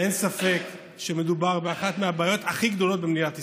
אין ספק שמדובר באחת מהבעיות הכי גדולות במדינת ישראל.